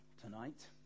tonight